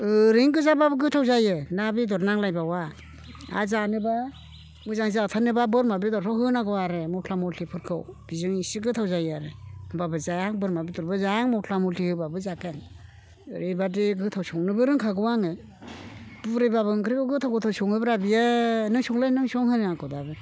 ओरैनो गोजाबाबो गोथाव जायो ना बेदर नांलायबावा आरो जानोबा मोजां जाथारनोबा बोरमा बेदरफ्राव होनांगौ आरो मस्ला मस्लिफोरखौ बेजों इसे गोथाव जायो आरो होनबाबो जाया आं बोरमा बेदरबो जाया आं मस्ला मस्लि होबाबो जाखाया आं ओरैबायदि गोथाव संनोबो रोंखागौ आङो बुरैबाबो ओंख्रिखौ गोथाव गोथाव सङोब्रा बियो नों संलै नों संलै होनो आंखौ दाबो